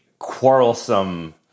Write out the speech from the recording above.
Quarrelsome